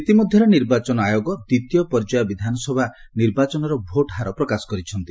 ଇତିମଧ୍ୟରେ ନିର୍ବାଚନ ଆୟୋଗ ଦ୍ୱିତୀୟ ପର୍ଯ୍ୟାୟ ବିଧାନସଭା ନିର୍ବାଚନର ଭୋଟ୍ ହାର ପ୍ରକାଶ କରିଛନ୍ତି